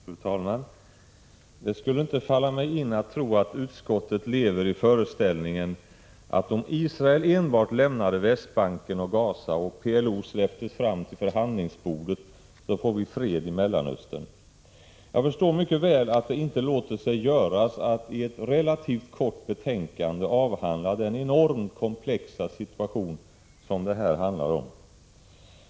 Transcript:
Fru talman! Det skulle inte falla mig in att tro att utskottet lever i föreställningen att om Israel enbart lämnade Västbanken och Gaza och PLO släpptes fram till förhandlingsbordet, så får vi fred i Mellanöstern. Jag förstår mycket väl att det inte låter sig göras att i ett relativt kort betänkande avhandla den enormt komplexa situation som det handlar om.